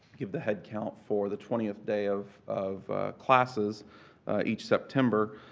give the head count for the twentieth day of of classes each september.